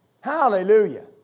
Hallelujah